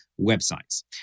websites